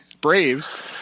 Braves